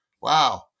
wow